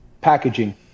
packaging